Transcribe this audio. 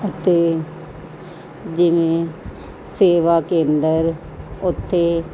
ਅਤੇ ਜਿਵੇਂ ਸੇਵਾ ਕੇਂਦਰ ਉੱਤੇ